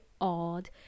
odd